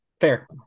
Fair